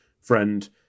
friend